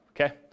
okay